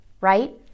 right